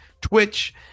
Twitch